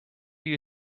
you